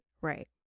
Right